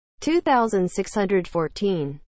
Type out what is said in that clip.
2614